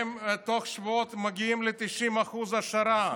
הם תוך שבועות מגיעים ל-90% העשרה.